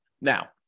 Now